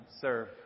serve